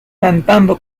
cantando